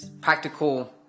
practical